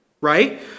right